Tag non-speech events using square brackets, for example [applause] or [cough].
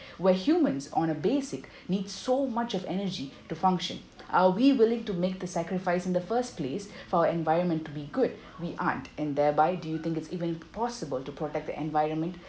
where humans on a basic [breath] need so much of energy to function are we willing to make the sacrifice in the first place for environment to be good we aren't and thereby do you think it's even possible to protect the environment